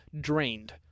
drained